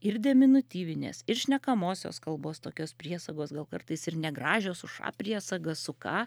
ir deminutyvinės ir šnekamosios kalbos tokios priesagos gal kartais ir negražios su ša priesaga su ka